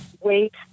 wait